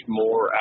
more